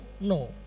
no